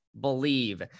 believe